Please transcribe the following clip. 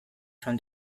from